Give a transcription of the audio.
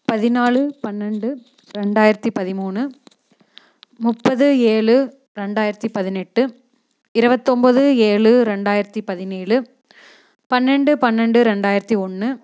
பதினாலு பன்னெண்டு ரெண்டாயிரத்து பதிமூணு முப்பது ஏழு ரெண்டாயிரத்து பதினெட்டு இருபத்தொன்பது ஏழு ரெண்டாயிரத்து பதினேழு பன்னெண்டு பன்னெண்டு ரெண்டாயிரத்து ஒன்று